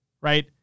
right